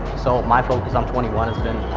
so my focus, i'm twenty one has been